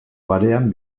barean